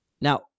Now